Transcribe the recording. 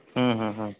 হুম হুম হুম